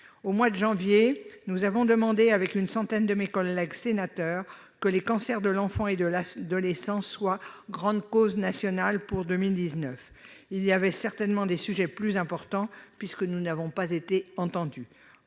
Au mois de janvier dernier, nous avons demandé, avec une centaine de mes collègues sénateurs, que les cancers de l'enfant et de l'adolescent soient déclarés grande cause nationale pour 2019. Il y avait certainement des sujets plus importants puisque nous n'avons pas été entendus